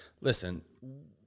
listen